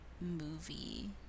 movie